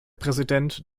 präsident